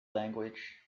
language